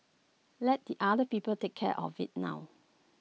let the other people take care of IT now